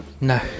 No